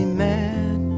mad